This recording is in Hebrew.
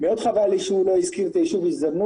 מאוד חבל לי שהוא לא הזכיר את היישוב אל-זרנוג.